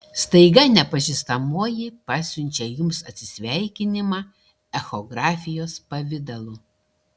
staiga nepažįstamoji pasiunčia jums atsisveikinimą echografijos pavidalu